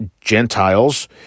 Gentiles